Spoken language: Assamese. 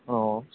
অঁ